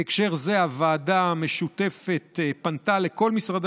בהקשר זה הוועדה המשותפת פנתה לכל משרדי